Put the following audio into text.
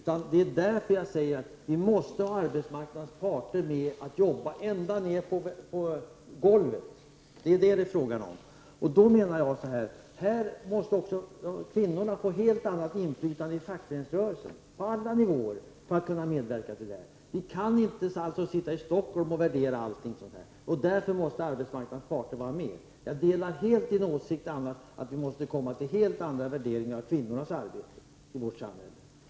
Vi måste därför få med oss arbetsmarknadens parter i en verksamhet ända ned på verkstadsgolvet. Det är det som det är fråga om. Jag menar också att kvinnorna måste få ett helt annat inflytande inom fackföreningsrörelsen på alla nivåer för att kunna medverka till detta. Vi kan inte sitta i Stockholm och göra alla värderingar, och därför måste arbetsmarknadens parter vara med. Jag delar i övrigt helt Kjell-Arne Welins åsikt att vi måste komma fram till en helt annan värdering av kvinnornas arbete i vårt samhälle.